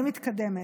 אני מתקדמת,